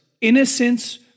Innocence